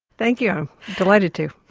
thank you, delighted to.